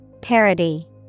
Parody